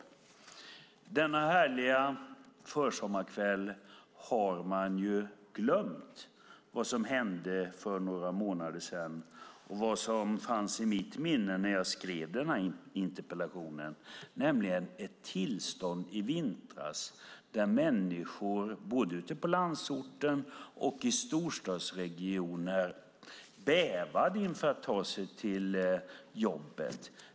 Denna härliga försommarkväll har man glömt vad som hände för några månader sedan och som fanns i mitt minne när jag skrev interpellationen, nämligen ett tillstånd i vintras då människor både på landsorten och i storstadsregioner bävade för att ta sig till jobbet.